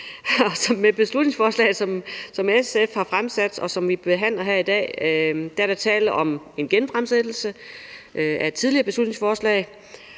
med beslutningsforslaget, som vi behandler her i dag, og som SF har fremsat, er der tale om en genfremsættelse af et tidligere beslutningsforslag.